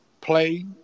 Play